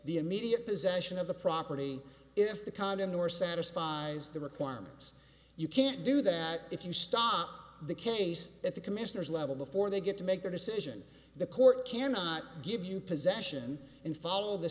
the immediate possession of the property if the content or satisfies the requirements you can't do that if you stop the case at the commissioner's level before they get to make their decision the court cannot give you possession in fall the